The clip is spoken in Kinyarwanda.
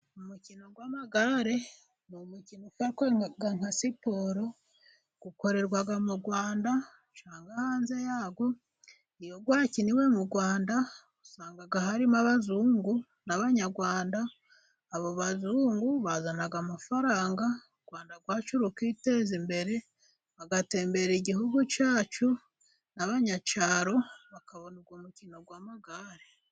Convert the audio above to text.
Umukino w'amagare ni umukino ufatwa nka siporo ukorerwa mu Rwanda cyangwa hanze yarwo, iyo wakiniwe mu Rwanda usanga harimo abazungu, n'abanyarwanda abo bazungu bazana amafaranga, u Rwanda rwacu rukiteza imbere bagateza imbere igihugu cyacu n'abanyacyaro bakabona uwo mukino w'amagare.